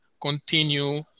continue